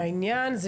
העניין זה